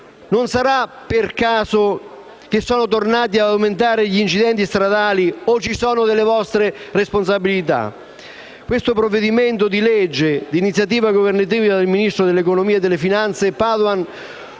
Sarà per puro caso che sono tornati ad aumentare gli incidenti stradali o ci sono delle vostre responsabilità? Questo provvedimento di legge di iniziativa governativa del ministro dell'economia e delle finanze Padoan